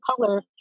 color